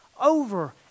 over